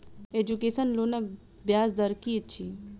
Education लोनक ब्याज दर की अछि?